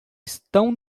estão